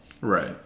Right